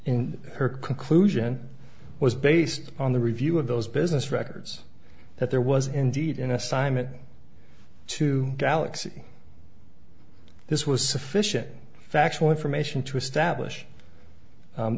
in her conclusion was based on the review of those business records that there was indeed an assignment to galaxy this was sufficient factual information to establish